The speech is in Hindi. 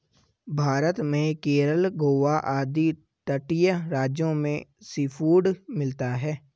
भारत में केरल गोवा आदि तटीय राज्यों में सीफूड मिलता है